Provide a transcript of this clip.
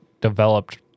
developed